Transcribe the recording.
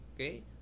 okay